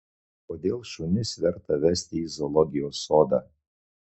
kodėl šunis verta vesti į zoologijos sodą